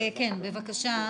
בבקשה,